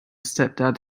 stepdad